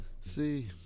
See